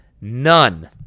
None